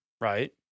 right